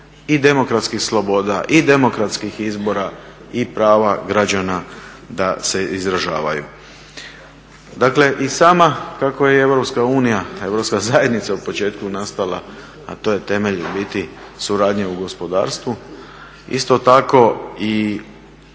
demokratskih sloboda i demokratskih izbora i prava građana da se izražavaju. Dakle i sama kakva je EU, Europska zajednica u početku nastala, a to je temelj suradnje u gospodarstvu, isto tako i